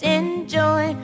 enjoy